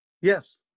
Yes